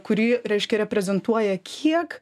kurį reiškia reprezentuoja kiek